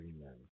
Amen